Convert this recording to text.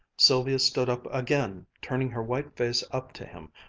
sylvia stood up again, turning her white face up to him,